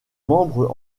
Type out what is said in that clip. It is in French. membre